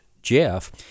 Jeff